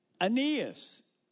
Aeneas